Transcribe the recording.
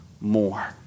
more